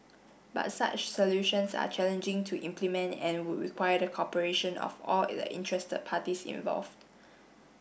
but such solutions are challenging to implement and would require the cooperation of all the interested parties involved